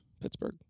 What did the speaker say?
Pittsburgh